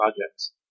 projects